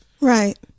Right